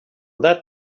that